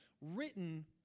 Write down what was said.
written